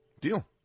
Deal